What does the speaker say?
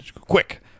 Quick